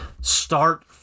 start